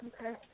Okay